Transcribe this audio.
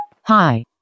hi